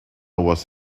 was